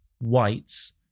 whites